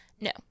No